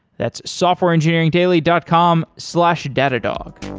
that's softwareengineeringdaily dot com slash datadog.